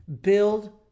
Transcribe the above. build